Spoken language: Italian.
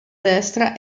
destra